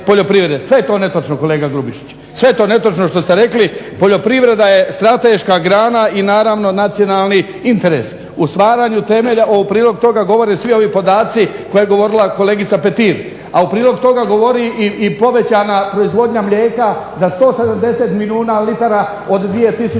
je to netočno, kolega Grubišić. Sve je to netočno što ste rekli. Poljoprivreda je strateška grana i naravno nacionalni interes. O stvaranju temelja u prilog toga govore svi ovi podaci koje je govorila kolegica Petir, a u prilog toga govori i povećana proizvodnja mlijeka za 170 milijuna litara od 2003.